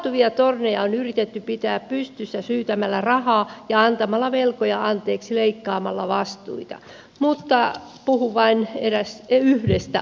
kaatuvia torneja on yritetty pitää pystyssä syytämällä rahaa ja antamalla velkoja anteeksi leikkaamalla vastuita mutta puhun vain yhdestä asiasta